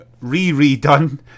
Re-redone